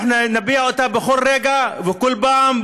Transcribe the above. אנחנו נביע אותה בכל רגע ובכל פעם,